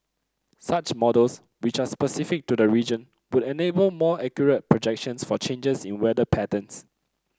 such models which are specific to the region would enable more accurate projections for changes in weather patterns